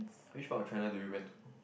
which part of China do you went to